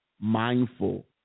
mindful